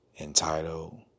entitled